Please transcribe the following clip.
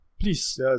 please